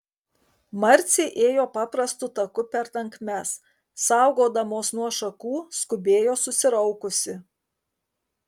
marcė ėjo paprastu taku per tankmes saugodamos nuo šakų skubėjo susiraukusi